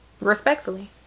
respectfully